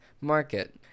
market